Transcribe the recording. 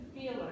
feeler